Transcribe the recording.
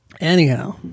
Anyhow